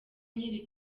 nkiri